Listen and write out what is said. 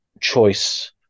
choice